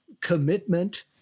commitment